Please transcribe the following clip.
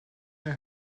know